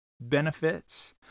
benefits